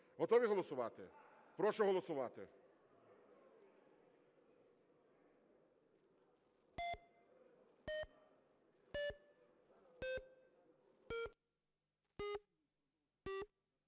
Готові голосувати? Прошу голосувати.